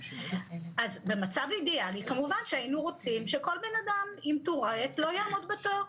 אז במצב אידיאלי כמובן שהיינו רוצים שכל בן אדם עם טוראט לא יעמוד בתור,